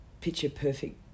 picture-perfect